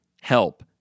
help